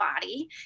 body